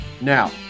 Now